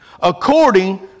According